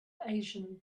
asian